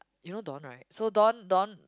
you know Don right so Don Don